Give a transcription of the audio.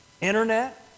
internet